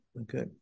Okay